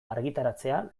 argitaratzea